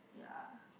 ya